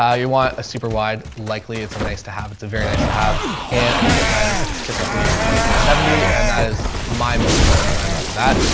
um you want a super wide likely, it's a nice to have. it's a very nice to have and a kit lens is typically a twenty four to seventy, and that is my most important lens for that.